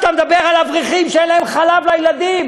אתה כשאתה מדבר על אברכים שאין להם חלב לילדים,